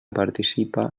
participa